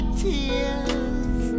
tears